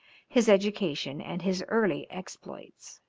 his education, and his early exploits.